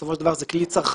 בסופו של דבר זה כלי צרכני,